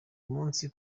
munsi